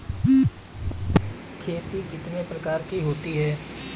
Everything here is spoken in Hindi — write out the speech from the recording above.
खेती कितने प्रकार की होती है?